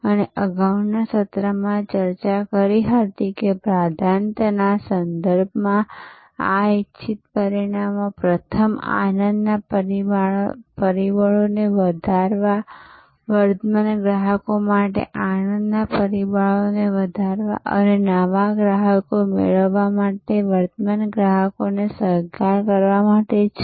અને અગાઉના સત્રમાં ચર્ચા કરી હતી કે પ્રાધાન્યતાના સંદર્ભમાં આ ઇચ્છિત પરિણામો પ્રથમ આનંદના પરિબળોને વધારવા વર્તમાન ગ્રાહકો માટે આનંદના પરિબળોને વધારવા અને નવા ગ્રાહકો મેળવવા માટે વર્તમાન ગ્રાહકોને સહકાર કરવા માટે છે